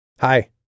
Hi